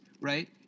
right